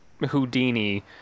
houdini